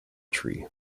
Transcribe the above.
tree